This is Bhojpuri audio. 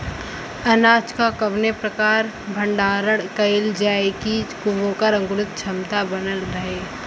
अनाज क कवने प्रकार भण्डारण कइल जाय कि वोकर अंकुरण क्षमता बनल रहे?